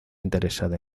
interesada